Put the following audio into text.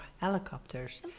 helicopters